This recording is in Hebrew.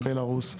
בלרוס.